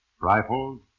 Rifles